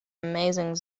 amazing